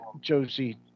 Josie